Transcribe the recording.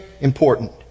important